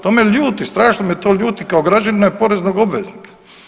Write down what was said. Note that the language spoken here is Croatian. To me ljuti, strašno me to ljuti kao građanina i poreznog obveznika.